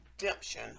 redemption